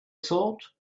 thought